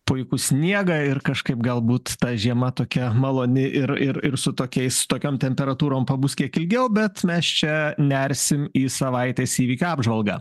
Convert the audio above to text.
puikų sniegą ir kažkaip galbūt ta žiema tokia maloni ir ir ir su tokiais tokiom temperatūrom pabus kiek ilgiau bet mes čia nersim į savaitės įvykių apžvalgą